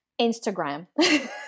Instagram